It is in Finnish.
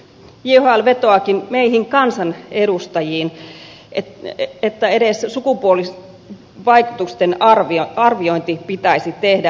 jhl vetoaakin meihin kansanedustajiin että edes sukupuolivaikutusten arviointi pitäisi tehdä